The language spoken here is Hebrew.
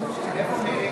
הכנסת,